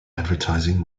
advertising